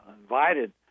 invited